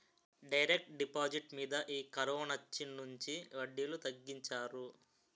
direct deposit మీద ఈ కరోనొచ్చినుంచి వడ్డీలు తగ్గించారు